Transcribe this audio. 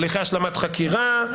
הליכי השלמת חקירה,